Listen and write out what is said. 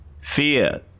Fear